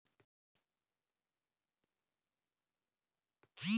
ই ছব গুলাল বিষয় দিঁয়ে পরাশলা ক্যরা হ্যয়